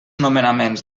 nomenaments